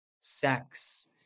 sex